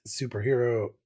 superhero